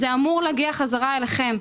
זה אמור להגיע חזרה אליכם.